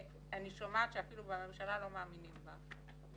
אני שומעת שאפילו בממשלה לא מאמינים לה,